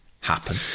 happen